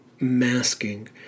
masking